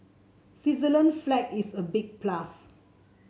Switzerland's flag is a big plus